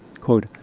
Quote